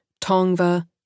Tongva